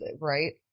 Right